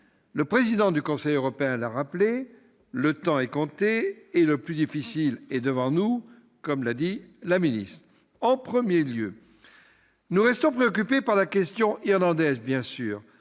Le président du Conseil européen l'a rappelé : le temps est compté, et le plus difficile est devant nous, comme l'a également dit la ministre. En premier lieu, nous restons préoccupés par la question irlandaise, en